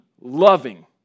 loving